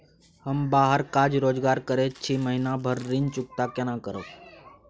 हम बाहर काज रोजगार करैत छी, महीना भर ऋण चुकता केना करब?